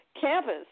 campus